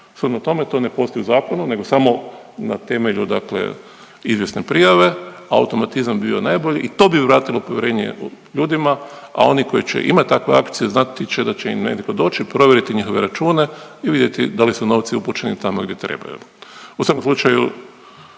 Shodno tome to ne postoji u zakonu nego samo na temelju dakle izvjesne prijave. Automatizam bi bio najbolji i to bi vratilo povjerenje ljudima, a oni koji će imati takve akcije znati će im netko doći provjeriti njihove račune i vidjeti da li su novci upućeni tamo gdje trebaju. U svakom slučaju